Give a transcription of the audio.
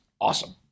awesome